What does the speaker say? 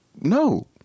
no